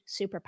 superpower